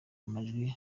amajwi